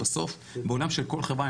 בעולם של חברה,